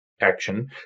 action